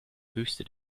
höchste